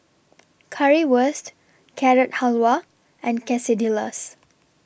Currywurst Carrot Halwa and Quesadillas